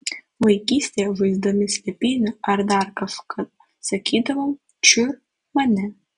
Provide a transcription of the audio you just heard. vaikystėje žaisdami slėpynių ar dar kažką sakydavom čiur mane